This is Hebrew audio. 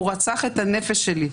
הוא רצח את הנפש שלי,